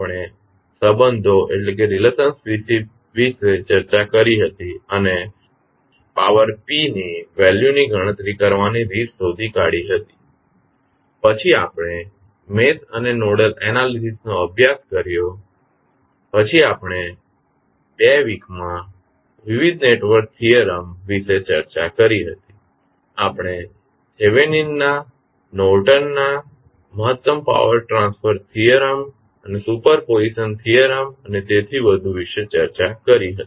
આપણે સંબંધો વિશે ચર્ચા કરી હતી અને પાવર P ની વેલ્યુની ગણતરી કરવાની રીત શોધી કાઢી હતી પછી આપણે મેશ અને નોડલ એનાલીસીસ નો અભ્યાસ કર્યો પછી આપણે બે વીકમાં વિવિધ નેટવર્ક થીયરમ વિશે ચર્ચા કરી હતી આપણે થેવેનીનના Thevenin's નોર્ટનના Norton's મહત્તમ પાવર ટ્રાન્સફર થીયરમ અને સુપર પોઝિશન થીયરમ અને તેથી વધુ વિશે ચર્ચા કરી હતી